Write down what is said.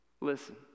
listen